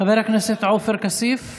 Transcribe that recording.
חבר הכנסת עופר כסיף,